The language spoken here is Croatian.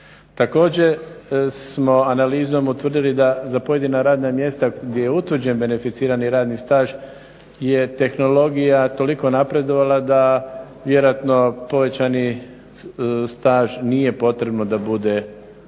Također smo analizom utvrdili da za pojedina radna mjesta gdje je utvrđeni beneficirani radni staž je tehnologija toliko napredovala da vjerojatno povećani staž nije potrebno da bude u